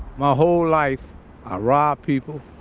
my whole life, i robbed people.